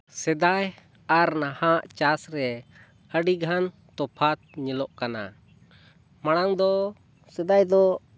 ᱥᱮᱫᱟᱭ ᱟᱨ ᱱᱟᱦᱟᱜ ᱪᱟᱥ ᱨᱮ ᱟᱹᱰᱤ ᱜᱷᱟᱱ ᱛᱚᱯᱷᱟᱛ ᱧᱮᱞᱚᱜ ᱠᱟᱱᱟ ᱢᱟᱲᱟᱝ ᱫᱚ ᱥᱮᱫᱟᱭ ᱫᱚ